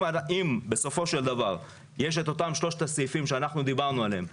אם בסופו של דבר יש את אותם שלושת הסעיפים שדיברנו עליהם,